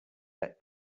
let